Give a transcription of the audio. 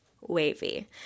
wavy